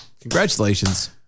Congratulations